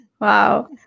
Wow